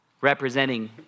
representing